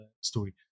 story